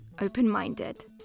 open-minded